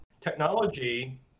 Technology